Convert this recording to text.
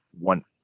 one